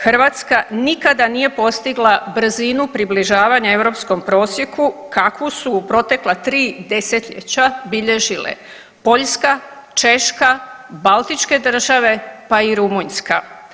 Hrvatska nikada nije postigla brzinu približavanja europskom prosjeku kakvu su u protekla tri desetljeća bilježile Poljska, Češka, baltičke države pa i Rumunjska.